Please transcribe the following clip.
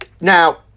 Now